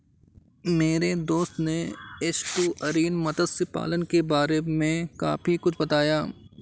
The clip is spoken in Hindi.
मेरे दोस्त ने एस्टुअरीन मत्स्य पालन के बारे में काफी कुछ बताया